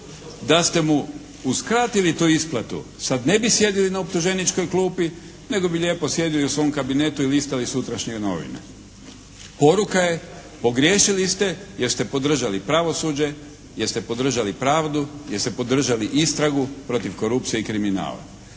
Da ste mu uskratili tu isplatu sad ne bi sjedili na optuženičkoj klupi nego bi lijepo sjedili u svom kabinetu i listali sutrašnje novine. Poruka je, pogriješili ste jer ste podržali pravosuđe, jer ste podržali pravdu, jer ste podržali istragu protiv korupcije i kriminala.